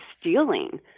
stealing